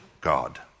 God